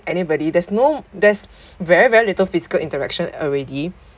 anybody there's no there's very very little physical interaction already